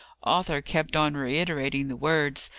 arthur kept on reiterating the words,